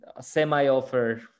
semi-offer